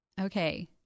okay